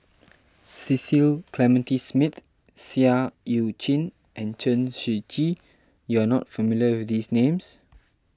Cecil Clementi Smith Seah Eu Chin and Chen Shiji you are not familiar with these names